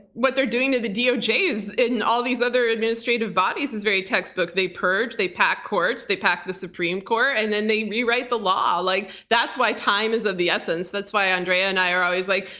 what they're doing to the doj is in all these other administrative bodies is very textbook. they purge. they pack courts. they pack the supreme court, and then they rewrite the law. like that's why time is of the essence. that's why andrea and i are always like,